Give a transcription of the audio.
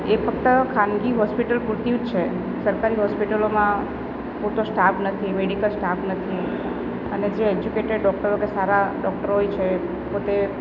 એ ફક્ત ખાનગી હોસ્પિટલ પૂરતી જ છે સરકારી હોસ્પિટલોમાં પૂરતો સ્ટાફ નથી મેડિકલ સ્ટાફ નથી અને જે એજ્યુકેટેડ ડૉક્ટરો કે સારા ડૉક્ટરો હોય છે એ પોતે